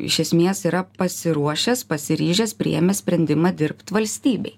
iš esmės yra pasiruošęs pasiryžęs priėmęs sprendimą dirbt valstybei